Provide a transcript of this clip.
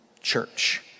church